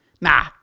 nah